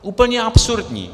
Úplně absurdní!